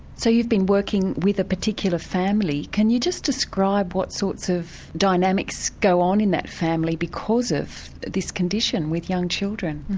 so you've been working with a particular family, can you just describe what sorts of dynamics go on in that family because of this condition with young children?